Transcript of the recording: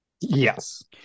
yes